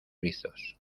rizos